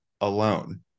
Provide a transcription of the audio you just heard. alone